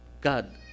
God